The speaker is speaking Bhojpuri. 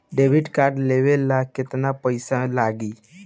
डेबिट कार्ड लेवे ला केतना पईसा लागी?